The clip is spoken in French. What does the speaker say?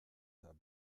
table